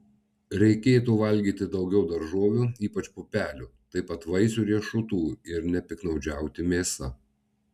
reikėtų valgyti daugiau daržovių ypač pupelių taip pat vaisių riešutų ir nepiktnaudžiauti mėsa